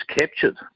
captured